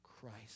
Christ